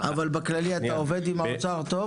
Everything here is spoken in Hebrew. עובד טוב עם האוצר?